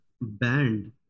banned